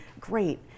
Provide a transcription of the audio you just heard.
great